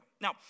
Now